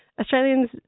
Australians